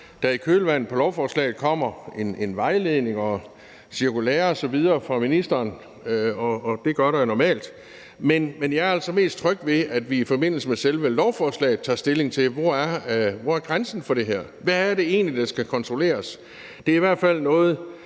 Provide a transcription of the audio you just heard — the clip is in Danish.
der i kølvandet på lovforslaget kommer en vejledning, nogle cirkulærer osv. fra ministeren – det gør der jo normalt – men jeg er altså mest tryg ved, at vi i forbindelse med selve lovforslaget tager stilling til, hvor grænsen for det her er, og hvad det egentlig er, der skal kontrolleres. Det er i hvert fald noget,